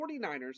49ers